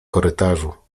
korytarzu